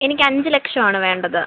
എനിക്ക് അഞ്ച് ലക്ഷമാണ് വേണ്ടത്